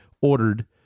ordered